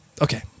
Okay